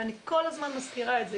אני כל הזמן מזכירה את זה,